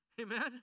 Amen